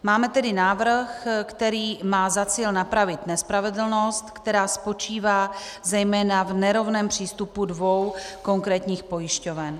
Máme tedy návrh, který má za cíl napravit nespravedlnost, která spočívá zejména v nerovném přístupu dvou konkrétních pojišťoven.